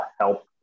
help